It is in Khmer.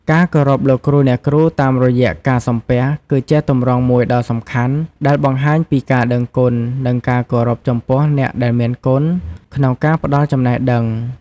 ការគោរពលោកគ្រូ អ្នកគ្រូតាមរយៈ ការសំពះ គឺជាទម្រង់មួយដ៏សំខាន់ ដែលបង្ហាញពីការដឹងគុណ និងការគោរពចំពោះអ្នកដែលមានគុណក្នុងការផ្ដល់ចំណេះដឹង។